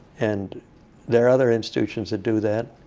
and there are other institutions that do that.